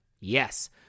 Yes